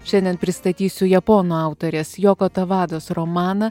šiandien pristatysiu japonų autorės joko tavados romaną